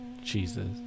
jesus